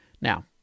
Now